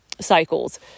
cycles